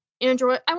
Android